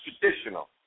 traditional